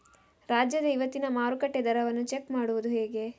ರಾಜ್ಯದ ಇವತ್ತಿನ ಮಾರುಕಟ್ಟೆ ದರವನ್ನ ಚೆಕ್ ಮಾಡುವುದು ಹೇಗೆ?